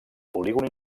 polígon